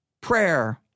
prayer